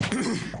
ברשותך,